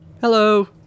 Hello